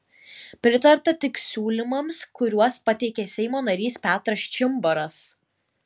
pritarta tik siūlymams kuriuos pateikė seimo narys petras čimbaras